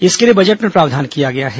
इसके लिए बजट में प्रावधान रखा गया है